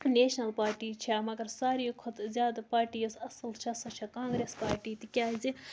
national party چھےٚ مگر ساروے کھۄتہٕ زیادٕ پارٹی یۄس اَصٕل چھےٚ سۄ چھےٚ کانٛگرٮ۪س پارٹی تِکیٛازِ